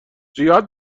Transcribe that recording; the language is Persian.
زیاد